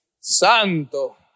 Santo